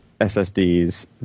SSDs